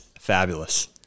fabulous